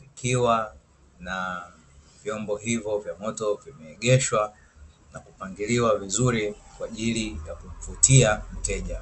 likiwa na vyombo hivyo vya moto vimeegeshwa na kupangiliwa vizuri kwa ajili ya kuvutia wateja.